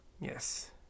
Yes